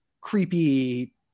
creepy